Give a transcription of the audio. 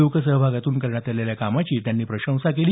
लोकसहभागातून करण्यात आलेल्या कामाची त्यांनी प्रशंसा केली